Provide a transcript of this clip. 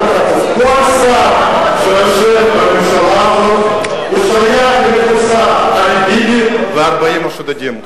כל שר שיושב בממשלה הזאת שייך לקבוצת עלי ביבי ו-40 השודדים.